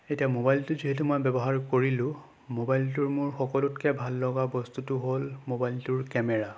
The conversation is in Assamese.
এতিয়া মোবাইলটো যিহেতু মই ব্যৱহাৰ কৰিলোঁ মোবাইলটোৰ মোৰ সকলোতকৈ ভাল লগা বস্তুটো হ'ল মোবাইলটোৰ কেমেৰা